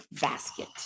basket